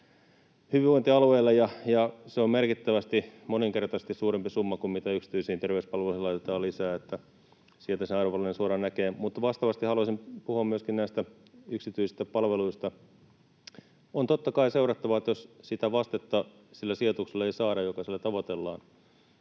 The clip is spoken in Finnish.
hyvinvointialueille, ja se on merkittävästi, moninkertaisesti suurempi summa kuin mitä yksityisiin terveyspalveluihin laitetaan lisää, niin että sieltä sen arvovalinnan suoraan näkee. Mutta vastaavasti haluaisin puhua myöskin näistä yksityisistä palveluista. Niitä on totta kai seurattava, ja jos sille sijoitukselle ei saada sitä vastetta, jota sillä tavoitellaan